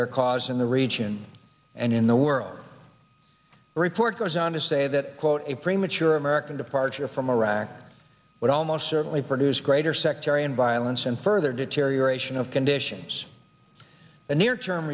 their cause in the region and in the world report goes on to say that quote a premature american departure from iraq would almost certainly produce greater sectarian violence and further deterioration of conditions the near term